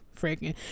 freaking